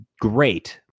great